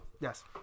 yes